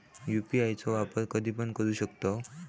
UPI चो वापर कधीपण करू शकतव?